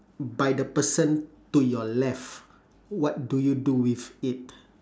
by the person to your left what do you do with it